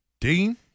Dean